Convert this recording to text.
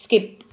skip